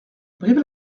brive